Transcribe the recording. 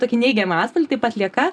tokį neigiamą atspalvį taip atlieka